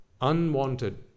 unwanted